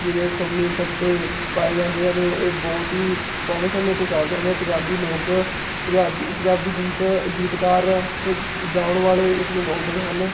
ਜਿਵੇਂ ਸੰਮੀ ਟੱਪੇ ਪਾਏ ਜਾਂਦੇ ਆ ਅਤੇ ਇਹ ਬਹੁਤ ਹੀ ਪੁਰਾਣੇ ਸਮੇਂ ਤੋਂ ਚੱਲਦੇ ਨੇ ਪੰਜਾਬੀ ਲੋਕ ਪੰਜਾਬੀ ਪੰਜਾਬੀ ਗੀਤ ਗੀਤਕਾਰ ਅਤੇ ਗਾਉਣ ਵਾਲ਼ੇ ਇਸ ਨੂੰ ਗਾਉਂਦੇ ਹਨ